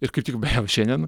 ir kaip tik beje šiandien